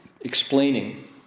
explaining